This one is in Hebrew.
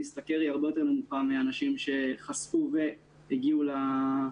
להשתכר הרבה יותר נמוכה משל אנשים שחסכו והגיעו לתואר.